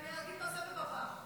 אני אגיד בסבב הבא.